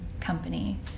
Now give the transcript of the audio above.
company